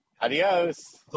Adios